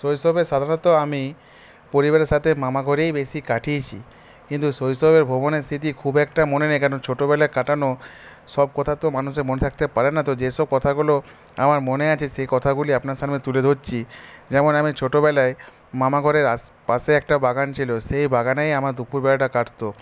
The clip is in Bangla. শৈশবে সাধারণত আমি পরিবারের সাথে মামার ঘরেই বেশি কাটিয়েছি কিন্তু শৈশবের ভ্রমণের স্মৃতি খুব একটা মনে নেই কারণ ছোটোবেলায় কাটানো সব কথা তো মানুষের মনে থাকতে পারে না তো যেসব কথাগুলো আমার মনে আছে সেই কথাগুলি আপনার সামনে তুলে ধরছি যেমন আমি ছোটোবেলায় মামাঘরের আস পাশে একটা বাগান ছিলো সেই বাগানেই আমার দুপুর বেলাটা কাটতো